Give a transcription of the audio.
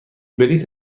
بلیط